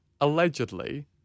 allegedly